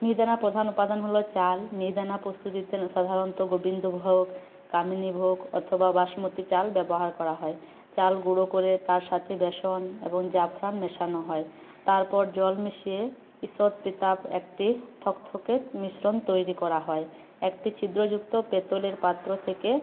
মিহিদানার প্রধান উপাদান হল চাল মিহিদানা প্রস্তুতিতে সাধারণত গোবিন্দভোগ কামিনীভোগ অথবা বাসমতি চাল ব্যবহার করা হয় চাল গুঁড়ো করে তার সাথে বেসন এবং জাফরান মেশানো হয় তারপর জল মিশিয়ে ঈষৎ পেতাব একটি থকথকে মিশ্রণ তৈরি করা হয় একটি ছিদ্র যুক্ত পেতলের পাত্র থেকে